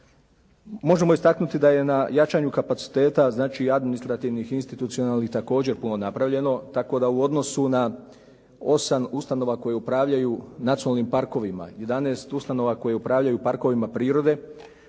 Možemo istaknuti da je na jačanju kapacitete, znači administrativnih i institucionalnih također puno napravljeno, tako da u odnosu na osam ustanova koje upravljaju nacionalnim parkovima, 11 ustanova koje upravljaju parkovima prirode,